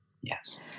Yes